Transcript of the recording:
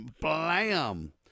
blam